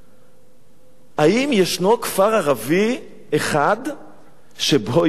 האם ישנו כפר ערבי אחד שבו ייתנו ליהודים לגור?